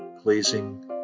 pleasing